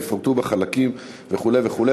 ויפורטו בהם החלקים" וכו'.